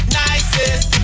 nicest